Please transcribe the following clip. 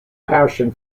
passion